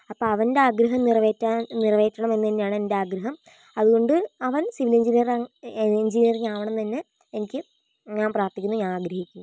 അപ്പം അവൻ്റെ ആഗ്രഹം നിറവേറ്റാൻ നിറവേറ്റണമെന്ന് തന്നെയാണ് എൻ്റെ ആഗ്രഹം അതുകൊണ്ട് അവൻ സിവിൽ എഞ്ചിനീയർ എ എഞ്ചിനീയറിംഗ് ആവണമെന്ന് തന്നെ എനിക്ക് ഞാൻ പ്രാർത്ഥിക്കുന്നു ഞാൻ ആഗ്രഹിക്കുന്നു